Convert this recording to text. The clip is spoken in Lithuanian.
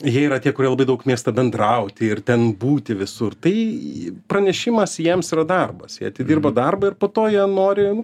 jie yra tie kurie labai daug mėgsta bendrauti ir ten būti visur tai pranešimas jiems yra darbas jie atidirbo darbą ir po to jie nori nu